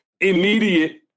immediate